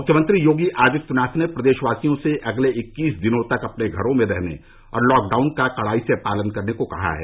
मुख्यमंत्री योगी आदित्यनाथ ने प्रदेशवासियों से अगले इक्कीस दिनों तक अपने घरों में रहने और लॉकडाउन का कड़ाई से पालन करने को कहा है